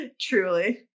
Truly